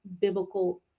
biblical